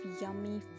yummy